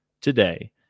today